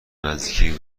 نزدیکی